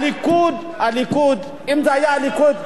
הליכוד, הליכוד, אם זה היה הליכוד,